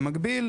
במקביל,